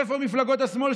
איפה מפלגות השמאל,